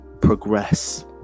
progress